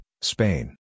Spain